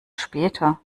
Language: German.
später